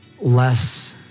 less